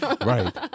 right